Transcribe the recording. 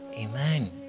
Amen